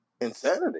insanity